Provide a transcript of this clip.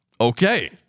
Okay